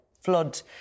flood